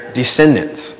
descendants